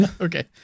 Okay